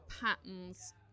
patterns